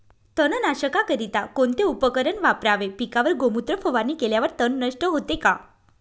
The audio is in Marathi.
तणनाशकाकरिता कोणते उपकरण वापरावे? पिकावर गोमूत्र फवारणी केल्यावर तण नष्ट होते का?